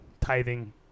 tithing